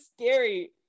scary